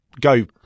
go